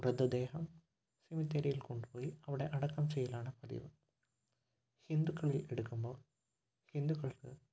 മൃതദേഹം സെമിത്തേരിയിൽ കൊണ്ടുപോയി അവിടെ അടക്കം ചെയ്യലാണ് പതിവ് ഹിന്ദുക്കൾ എടുക്കുമ്പോൾ ഹിന്ദുക്കൾക്ക്